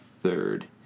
third